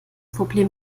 problem